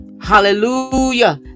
hallelujah